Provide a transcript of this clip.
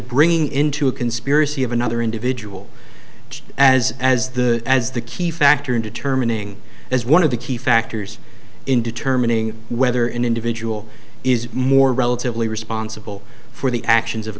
bringing into a conspiracy of another individual as as the as the key factor in determining as one of the key factors in determining whether an individual is more relatively responsible for the actions of